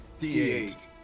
D8